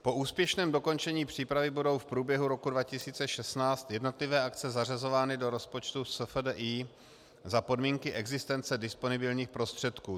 Po úspěšném dokončení přípravy budou v průběhu roku 2016 jednotlivé akce zařazovány do rozpočtu SFDI za podmínky existence disponibilních prostředků.